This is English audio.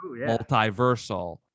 multiversal